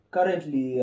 Currently